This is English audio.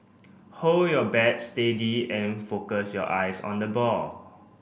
hold your bat steady and focus your eyes on the ball